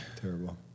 Terrible